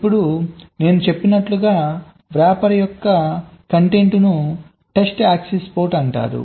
ఇప్పుడు నేను చెప్పినట్లుగా వ్రాపర్ యొక్క కంటెంట్ను టెస్ట్ యాక్సెస్ పోర్ట్ అంటారు